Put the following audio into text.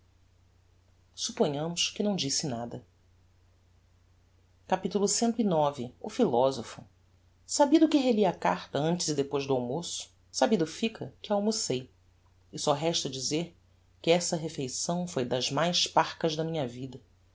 supponhamos que não disse nada capitulo cix o philosopho sabido que reli a carta antes e depois do almoço sabido fica que almocei e só resta dizer que essa refeição foi das mais parcas da minha vida